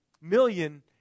million